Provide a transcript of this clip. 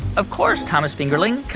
of course, thomas fingerling.